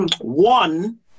one